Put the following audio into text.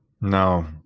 No